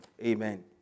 Amen